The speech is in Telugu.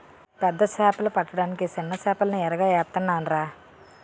పెద్ద సేపలు పడ్డానికి సిన్న సేపల్ని ఎరగా ఏత్తనాన్రా